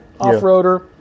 Off-roader